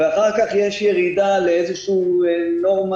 אחר-כך יש ירידה לאיזושהי נורמה